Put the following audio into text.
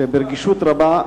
שברגישות רבה,